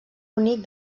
únic